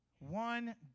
One